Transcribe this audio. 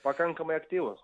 pakankamai aktyvūs